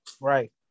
Right